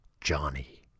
Johnny